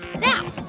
now